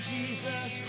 Jesus